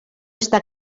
està